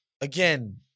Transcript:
again